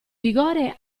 vigore